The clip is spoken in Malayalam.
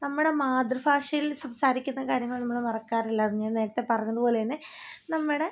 നമ്മുടെ മാതൃഭാഷയിൽ സംസാരിക്കുന്ന കാര്യങ്ങൾ നമ്മൾ മറക്കാറില്ല അതു ഞാൻ നേരത്തെ പറഞ്ഞതു പോലെ തന്നെ നമ്മടെ